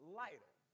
lighter